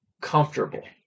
comfortable